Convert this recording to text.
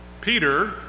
Peter